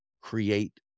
create